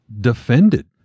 defended